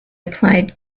applied